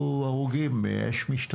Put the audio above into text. מאוד קשים לא היו הרוגים מאש של המשטרה.